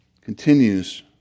continues